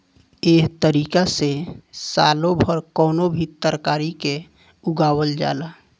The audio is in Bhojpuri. एह तारिका से सालो भर कवनो भी तरकारी के उगावल जाला